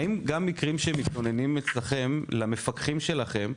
האם גם במקרים שמתלוננים אצלכם למפקחים שלכם,